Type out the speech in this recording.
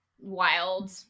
wild